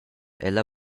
ella